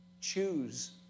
Choose